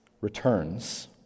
returns